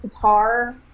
Tatar